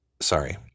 sorry